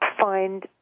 find